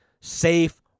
safe